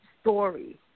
story